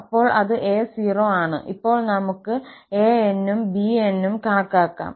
അപ്പോൾ അത് 𝑎0 ആണ് ഇപ്പോൾ നമുക് 𝑎𝑛 ഉം 𝑏𝑛 ഉം കണക്കാക്കാം